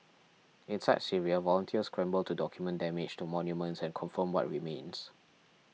inside Syria volunteers scramble to document damage to monuments and confirm what remains